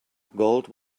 gold